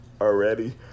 already